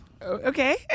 okay